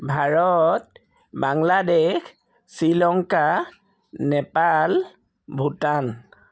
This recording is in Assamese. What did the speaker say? ভাৰত বাংলাদেশ শ্ৰীলংকা নেপাল ভূটান